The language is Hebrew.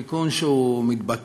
תיקון שהוא מתבקש,